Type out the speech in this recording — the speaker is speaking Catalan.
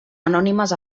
anònimes